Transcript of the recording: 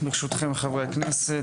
ברשותכם חברי הכנסת,